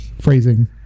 Phrasing